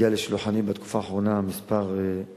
הגיעו לשולחני בתקופה האחרונה המלצות